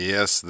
Yes